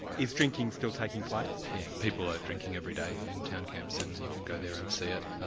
is drinking still taking place? yes, people are drinking every day in town camps and you can go there and see it.